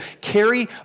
carry